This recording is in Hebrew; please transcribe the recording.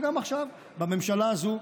וגם עכשיו בממשלה הזאת,